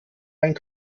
einen